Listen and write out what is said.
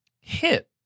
hit